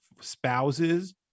spouses